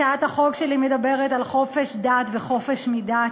הצעת החוק שלי מדברת על חופש דת וחופש מדת,